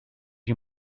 you